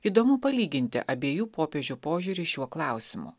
įdomu palyginti abiejų popiežių požiūrį šiuo klausimu